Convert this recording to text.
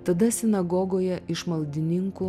tada sinagogoje iš maldininkų